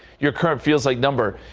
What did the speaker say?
your current feels like number.